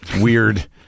weird